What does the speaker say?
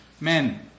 Men